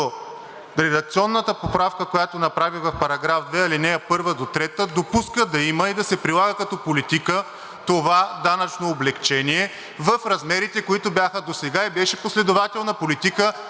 редакционната поправка, която се направи в § 2, ал. 1 – 3, допуска да има и да се прилага като политика това данъчно облекчение в размерите, които бяха досега, и беше последователна политика,